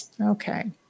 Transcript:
Okay